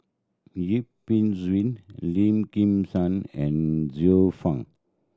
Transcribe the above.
Yip Pin Xiu Lim Kim San and Xiu Fang